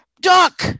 Duck